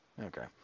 Okay